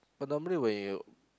but normally when you